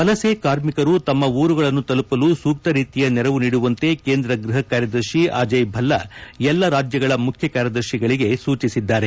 ವಲಸೆ ಕಾರ್ಮಿಕರು ತಮ್ಮ ಊರುಗಳನ್ನು ತಲುಪಲು ಸೂಕ್ತ ರೀತಿಯ ನೆರವು ನೀಡುವಂತೆ ಕೇಂದ್ರ ಗೃಹ ಕಾರ್ಯದರ್ಶಿ ಅಜಯ್ ಭಲ್ಲಾ ಎಲ್ಲಾ ರಾಜ್ಯಗಳ ಮುಖ್ಯ ಕಾರ್ಯದರ್ತಿಗಳಿಗೆ ಅವರಿಗೆ ಸೂಚಿಸಿದ್ದಾರೆ